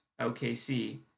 OKC